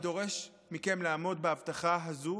אני דורש מכם לעמוד בהבטחה הזאת,